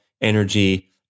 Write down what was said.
energy